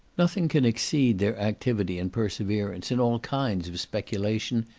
nothing can exceed their activity and perseverance in all kinds of speculation,